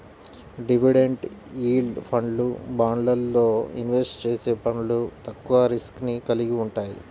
dividend yield ఫండ్లు, బాండ్లల్లో invest చేసే ఫండ్లు తక్కువ రిస్క్ ని కలిగి వుంటయ్యి